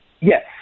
Yes